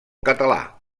català